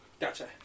Gotcha